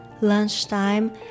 Lunchtime